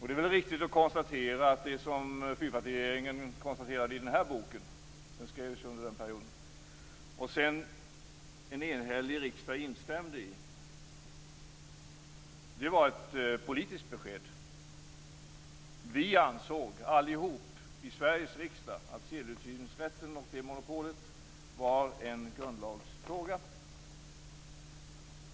Det är riktigt att det som fyrpartiregeringen konstaterade i den här boken, som skrevs under den perioden, och som en enhällig riksdag sedan instämde i var ett politiskt besked. Vi ansåg alla i Sveriges riksdag att sedelutgivningsrätten och det monopolet var en grundlagsfråga.